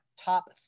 top